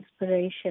inspiration